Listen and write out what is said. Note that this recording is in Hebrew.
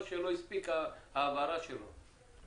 או שלא הספיקה ההבהרה שלו.